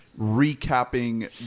recapping